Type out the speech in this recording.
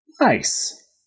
Nice